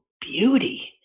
beauty